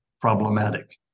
problematic